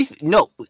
No